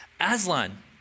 Aslan